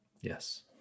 Yes